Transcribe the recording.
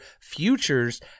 futures